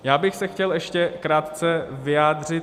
Já bych se chtěl ještě krátce vyjádřit.